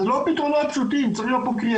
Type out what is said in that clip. זה לא פתרונות פשוטים, צריך להיות יצירתיים.